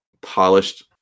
polished